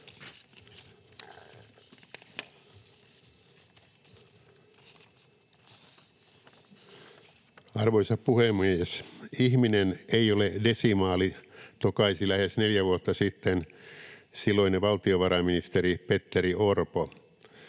Arvoisa puhemies! ”Ihminen ei ole desimaali”, tokaisi lähes neljä vuotta sitten silloinen valtiovarainministeri Petteri Orpo.